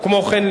וכמו כן,